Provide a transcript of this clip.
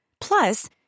Plus